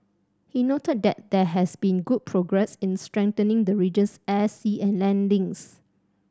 he noted that there has been good progress in strengthening the region's air sea and land links